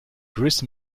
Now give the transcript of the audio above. grist